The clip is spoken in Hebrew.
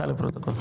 בבקשה.